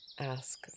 ask